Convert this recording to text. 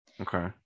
Okay